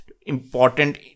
important